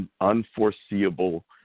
unforeseeable